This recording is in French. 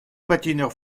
patineurs